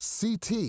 ct